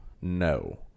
No